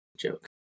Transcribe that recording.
joke